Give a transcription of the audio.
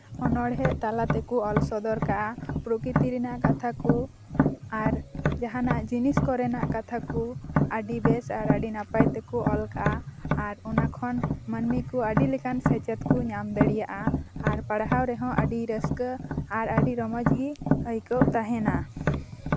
ᱚᱱᱚᱲᱦᱮᱸᱫ ᱛᱟᱞᱟ ᱛᱮᱠᱚ ᱚᱞ ᱥᱚᱫᱚᱨ ᱠᱟᱜᱼᱟ ᱯᱨᱚᱠᱤᱛᱤ ᱨᱮᱱᱟᱜ ᱠᱟᱛᱷᱟ ᱠᱚ ᱟᱨ ᱡᱟᱦᱟᱸᱱᱟᱜ ᱡᱤᱱᱤᱥ ᱠᱚᱨᱮᱱᱟᱜ ᱠᱟᱛᱷᱟ ᱠᱚ ᱟᱹᱰᱤ ᱵᱮᱥ ᱟᱨ ᱟᱹᱰᱤ ᱱᱟᱯᱟᱭ ᱛᱮᱠᱚ ᱚᱞ ᱠᱟᱜᱼᱟ ᱟᱨ ᱚᱱᱟ ᱠᱷᱚᱱ ᱢᱟᱹᱱᱢᱤ ᱠᱚ ᱟᱹᱰᱤ ᱞᱮᱠᱟᱱ ᱥᱮᱪᱮᱫ ᱠᱚ ᱧᱟᱢ ᱫᱟᱲᱮᱭᱟᱜᱼᱟ ᱟᱨ ᱯᱟᱲᱦᱟᱣ ᱨᱮᱦᱚᱸ ᱟᱹᱰᱤ ᱨᱟᱹᱥᱠᱟᱹ ᱟᱨ ᱟᱹᱰᱤ ᱨᱚᱢᱚᱡᱽ ᱜᱮ ᱟᱹᱭᱠᱟᱹᱜ ᱛᱟᱦᱮᱸᱱᱟ